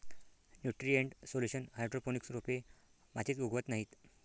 nutrient solution hydroponics रोपे मातीत उगवत नाहीत